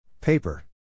Paper